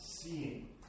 Seeing